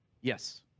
Yes